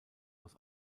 aus